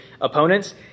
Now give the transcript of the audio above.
opponents